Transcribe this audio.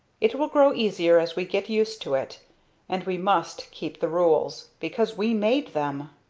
it will grow easier as we get used to it and we must keep the rules, because we made them!